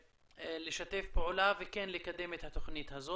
לשתף פעולה וכן לקדם את התוכנית הזאת.